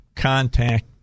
contact